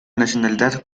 nacionalidad